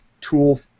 tool